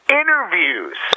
interviews